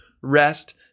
rest